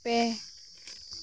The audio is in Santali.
ᱯᱮ